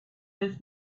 his